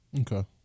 Okay